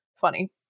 funny